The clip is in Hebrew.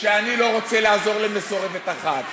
שאני לא רוצה לעזור למסורבת אחת.